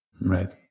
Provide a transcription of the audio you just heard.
Right